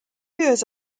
years